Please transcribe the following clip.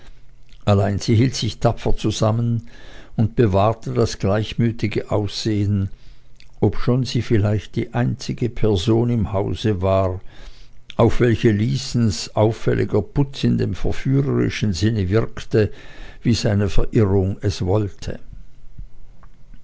allein sie hielt sich tapfer zusammen und bewahrte das gleichmütige aussehen obschon sie vielleicht die einzige person im hause war auf welche lysens auffälliger putz in dem verführerischen sinne wirkte wie seine verirrung es wollte